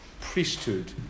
priesthood